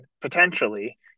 potentially